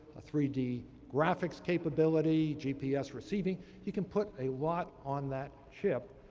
a three d graphics capability, gps receiving you can put a lot on that chip,